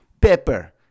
pepper